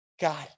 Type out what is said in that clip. God